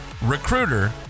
recruiter